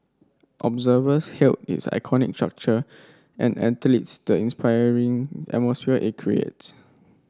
observers hailed its iconic structure and athletes the inspiring atmosphere it creates